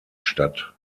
statt